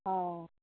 অ